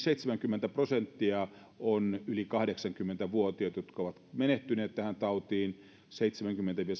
seitsemänkymmentä prosenttia on yli kahdeksankymmentä vuotiaita niistä jotka ovat menehtyneet tähän tautiin seitsemänkymmentä viiva